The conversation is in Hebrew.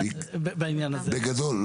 בגדול.